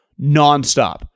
nonstop